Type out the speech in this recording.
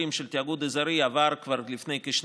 של תאגוד אזורי עבר כבר לפני כשנתיים,